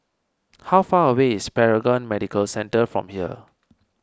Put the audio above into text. how far away is Paragon Medical Centre from here